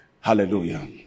Hallelujah